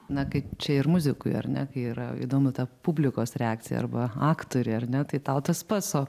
na kaip čia ir muzikui ar ne kai yra įdomu ta publikos reakcija arba aktoriui ar ne tai tau tas pats o